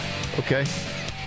Okay